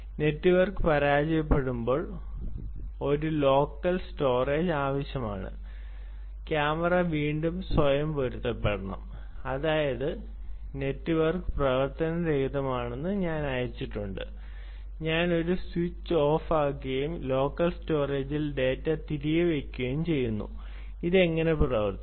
network പരാജയപെടുമ്പോൾ ഒരു local storage ആവശ്യമാണ് ക്യാമറ വീണ്ടും സ്വയം പൊരുത്തപ്പെടണം അതായത് നെറ്റ്വർക്ക് പ്രവർത്തനരഹിതമാണെന്ന് അയച്ചിട്ടുണ്ട് ഞാൻ ഒരു സ്വിച്ച് ഓഫ് ചെയ്യുകയും ലോക്കൽ സ്റ്റോറേജിൽ ഡാറ്റ തിരികെ വയ്ക്കുകയും ചെയ്യുന്നു അത് എങ്ങനെ പ്രവർത്തിക്കും